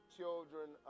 children